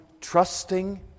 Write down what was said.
trusting